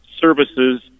services